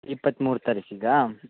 ಇಪ್ಪತ್ಮೂರು ತಾರೀಖಿಗಾ